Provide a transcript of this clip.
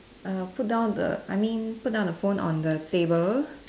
uh put down the I mean put down the phone on the table